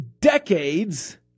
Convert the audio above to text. decades